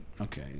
Okay